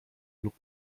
lub